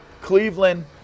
Cleveland